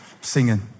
singing